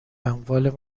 اموال